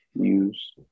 use